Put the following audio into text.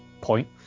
point